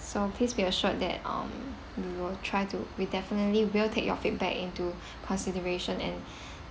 so please be assured that um we will try to we definitely will take your feedback into consideration and